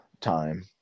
time